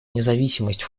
независимость